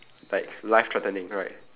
like life threatening right